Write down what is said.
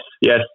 yes